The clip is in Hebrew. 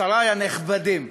שרי הנכבדים,